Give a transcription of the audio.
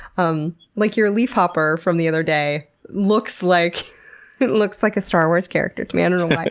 um like your leafhopper from the other day looks like it looks like a star wars character to me. and and um like